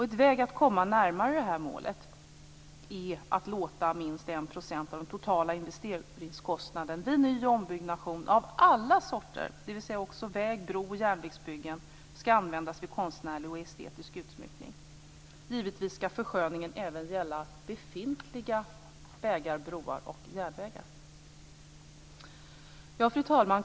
En väg att komma närmare det här målet är att låta minst 1 % av den totala investeringskostnaden vid ny och ombyggnation av alla sorter - dvs. också väg-, bro och järnvägsbyggen - skall användas till konstnärlig och estetisk utsmyckning. Givetvis skall försköningen även gälla befintliga vägar, broar och järnvägar. Fru talman!